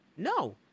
No